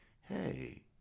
hey